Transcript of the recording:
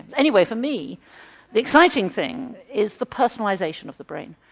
anyway for me the exciting thing is the personalisation of the brain.